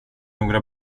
några